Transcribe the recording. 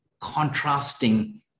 contrasting